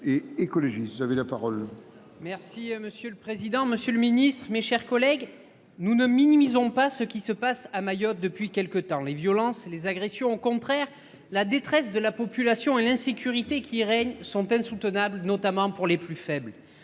Merci monsieur le président, Monsieur le Ministre, mes chers collègues, nous ne minimisons pas ce qui se passe à Mayotte depuis quelques temps les violences, les agressions au contraire la détresse de la population et l'insécurité qui règne sont insoutenables, notamment pour les plus faibles